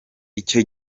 icyo